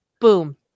boom